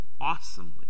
awesomely